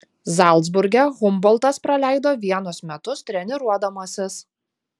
zalcburge humboltas praleido vienus metus treniruodamasis